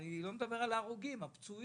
אני לא מדבר רק על ההרוגים, אלא גם על הפצועים,